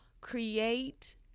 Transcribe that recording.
create